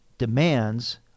demands